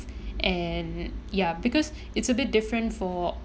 and ya because it's a bit different for